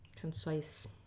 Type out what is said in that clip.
Concise